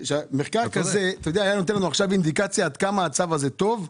מחקר כזה היה נותן לנו אינדיקציה עד כמה הצו הזה טוב,